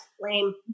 lame